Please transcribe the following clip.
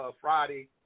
Friday